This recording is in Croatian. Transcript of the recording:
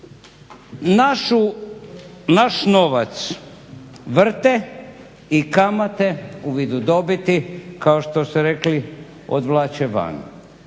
Naš novac vrte i kamate u vidu dobiti kao što ste rekli odvlače van.